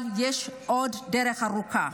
אבל יש עוד דרך ארכה.